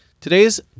Today's